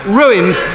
ruined